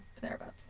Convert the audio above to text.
thereabouts